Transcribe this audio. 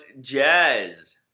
Jazz